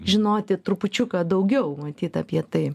žinoti trupučiuką daugiau matyt apie tai